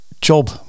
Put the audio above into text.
job